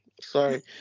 Sorry